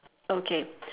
okay